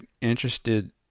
interested